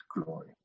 glory